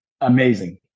amazing